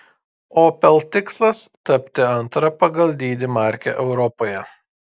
opel tikslas tapti antra pagal dydį marke europoje